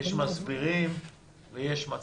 יש מסבירים ויש מצליחים.